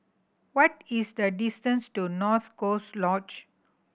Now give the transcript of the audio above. what is the distance to North Coast Lodge